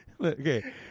Okay